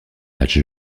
match